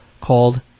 called